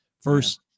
first